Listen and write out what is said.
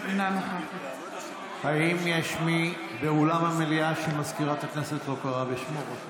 אינה נוכחת האם יש מי באולם המליאה שמזכירת הכנסת לא קראה בשמו?